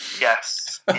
Yes